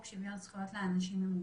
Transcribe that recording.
חוק שוויון זכויות לאנשים עם מוגבלות.